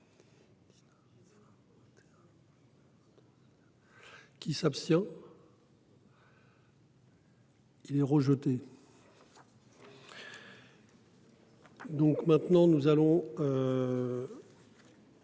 Qui s'abstient. Il est rejeté. Donc maintenant nous allons.